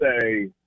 say